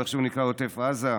או איך שהוא נקרא: עוטף עזה.